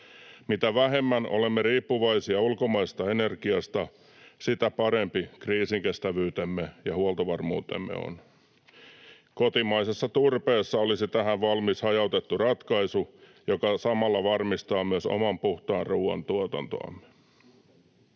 Mitä vähemmän olemme riippuvaisia ulkomaisesta energiasta, sitä parempia kriisinkestävyytemme ja huoltovarmuutemme ovat. Kotimaisessa turpeessa olisi tähän valmis hajautettu ratkaisu, joka samalla varmistaa myös oman puhtaan ruuan tuotantoamme.